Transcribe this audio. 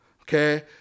okay